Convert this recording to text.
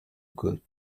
good